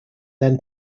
then